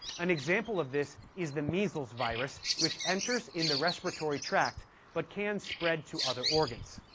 an example of this is the measles virus, which enters in the respiratory tract but can spread to other organs.